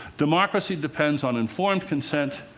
democracy depends on informed consent.